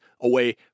away